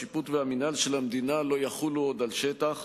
השיפוט והמינהל של המדינה לא יחולו עוד על שטח,